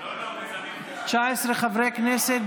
19 חברי כנסת,